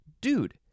dude